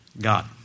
God